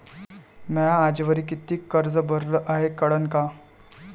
म्या आजवरी कितीक कर्ज भरलं हाय कळन का?